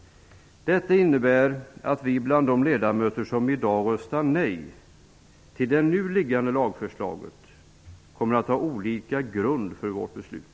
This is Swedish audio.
Detta innebär att de ledamöter som i dag röstar nej till det nu liggande lagförslaget kommer att ha olika grunder för sina beslut.